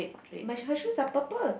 my her shoes are purple